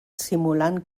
simulant